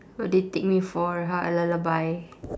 what do you take me for !huh! a lullaby